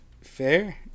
Fair